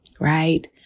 right